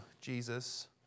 Jesus